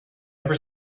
never